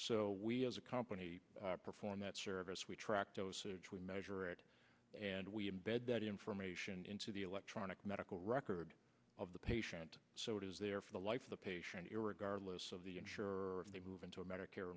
so we as a company perform that service we track dosage we measure it and we embed that information into the electronic medical record of the patient so it is there for the life of the patient irregardless of the ensure they move into a medicare